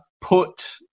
put